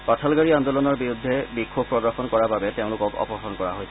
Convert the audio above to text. পাঠালগাড়ী আন্দোলনৰ বিৰুদ্ধে বিক্ষোভ প্ৰদৰ্শন কৰাৰ বাবে তেওঁলোকক অপহৰণ কৰা হৈছিল